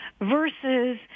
versus